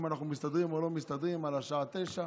אם אנחנו מסתדרים או לא מסתדרים על השעה 09:00,